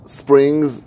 springs